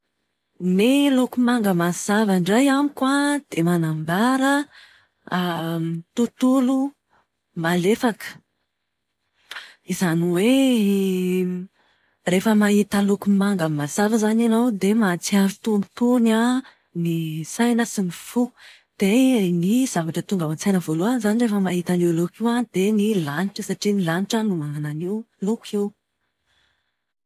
Ny loko manga mazava indray amiko an, dia manambara tontolo malefaka. Izany hoe rehefa mahita loko manga mazava izany ianao dia mahatsiaro tonitony an ny saina sy ny fo. Dia ny zavatra tonga ao an-tsaina voalohany izany rehefa mahita an'io loko io an dia ny lanitra satria ny lanitra no manana an'io loko io.